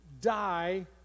Die